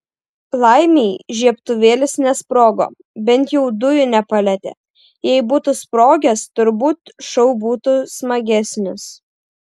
laimei žiebtuvėlis nesprogo bent jau dujų nepalietė jei būtų sprogęs turbūt šou būtų smagesnis